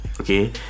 Okay